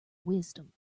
wisdom